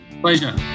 Pleasure